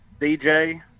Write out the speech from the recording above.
dj